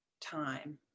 time